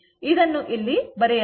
ಇದನ್ನು ಇಲ್ಲಿ ಬರೆಯಲಾಗಿದೆ